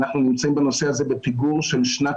אנחנו נמצאים בנושא הזה בפיגור של שנת